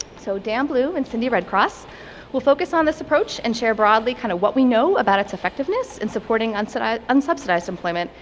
so dan bloom and cindy redcross will focus on this approach and share broadly kind of what we know about it's effectiveness and supporting sort of unsubsidized employment,